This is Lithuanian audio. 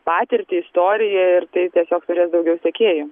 patirtį istoriją ir tai tiesiog turės daugiau sekėjų